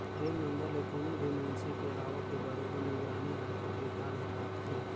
PAN number ले कोनो भी मइनसे के आवक के बरोबर निगरानी आयकर विभाग हर राखथे